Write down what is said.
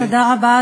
תודה רבה,